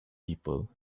people